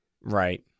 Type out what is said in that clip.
Right